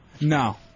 No